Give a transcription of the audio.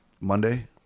Monday